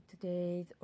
Today